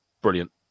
brilliant